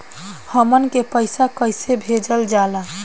हमन के पईसा कइसे भेजल जाला?